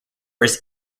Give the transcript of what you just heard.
his